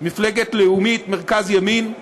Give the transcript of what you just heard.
מפלגה לאומית מרכז-ימין,